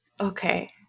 Okay